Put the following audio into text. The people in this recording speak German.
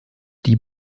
die